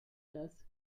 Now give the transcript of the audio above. dass